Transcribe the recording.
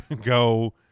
go